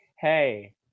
hey